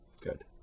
Good